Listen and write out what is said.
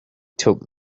took